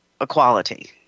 equality